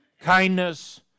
kindness